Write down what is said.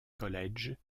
college